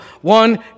one